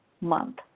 month